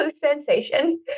sensation